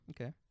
Okay